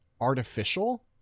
artificial